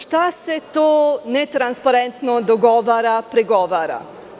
Šta se to netransparentno dogovara, pregovara?